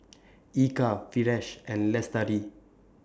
Eka Firash and Lestari